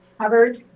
covered